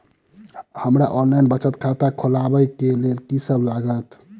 हमरा ऑफलाइन बचत खाता खोलाबै केँ लेल की सब लागत?